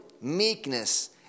meekness